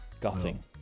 gutting